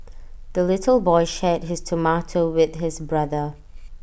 the little boy shared his tomato with his brother